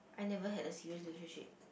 I never had a serious relationship